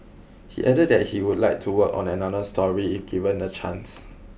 he added that he would like to work on another story if given the chance